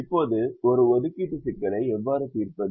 இப்போது ஒரு ஒதுக்கீட்டு சிக்கலை எவ்வாறு தீர்ப்பது